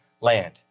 land